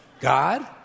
God